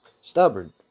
Stubborn